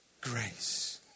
grace